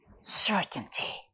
Certainty